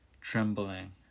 Trembling